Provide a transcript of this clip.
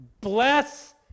Bless